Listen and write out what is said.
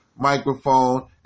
microphone